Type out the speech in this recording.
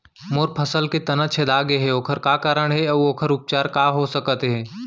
मोर फसल के तना छेदा गेहे ओखर का कारण हे अऊ ओखर उपचार का हो सकत हे?